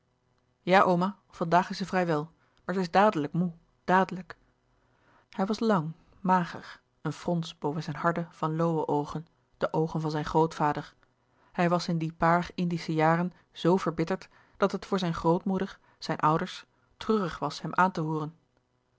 ja oma van daag is ze vrij wel maar ze is dadelijk moê dadelijk hij was lang mager een frons boven zijn harde van loweoogen de oogen van zijn grootvader hij was in die paar indische jaren zoo verbitterd dat het voor zijne grootmoeder zijne ouders treurig was hem aan te hooren